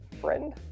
friend